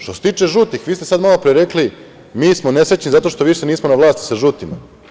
Što se tiče žutih, vi ste sada malopre rekli, mi smo nesrećni zato što više nismo na vlasti sa žutima.